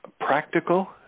practical